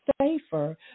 safer